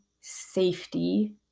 safety